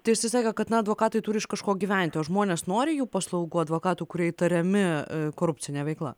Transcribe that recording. tai jisai sakė kad na advokatai turi iš kažko gyventi o žmonės nori jų paslaugų advokatų kurie įtariami korupcine veikla